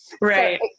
right